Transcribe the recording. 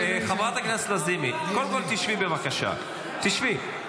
חברת הכנסת לזימי, קודם כול, תשבי בבקשה, תשבי.